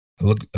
look